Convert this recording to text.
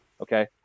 okay